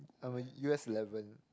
I'm a U_S eleven